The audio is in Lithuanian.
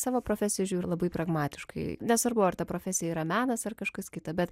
savo profesiją žiūri labai pragmatiškai nesvarbu ar ta profesija yra menas ar kažkas kita bet